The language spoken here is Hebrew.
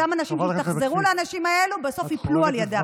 ואותם אנשים שהתאכזרו לאנשים האלה בסוף ייפלו על ידם.